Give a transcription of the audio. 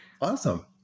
Awesome